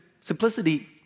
Simplicity